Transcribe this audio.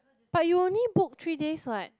but you only book three days what